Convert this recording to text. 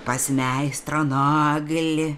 pas meistrą naglį